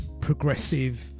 progressive